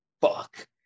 fuck